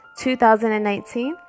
2019